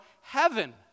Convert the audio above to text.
heaven